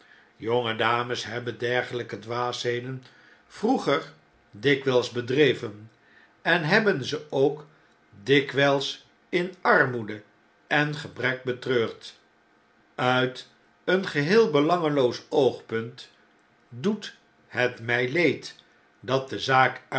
jonge dames hebben dergeljjke dwaasheden vroeger dikwjjls bedreven en hebben ze ook dikwjjls in armoede en gebrek betreurd uit een geheel belangeloos oogpunt doet het mjj leed dat de zaak